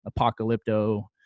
apocalypto